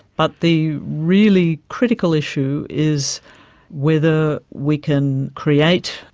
but the really critical issue is whether we can create,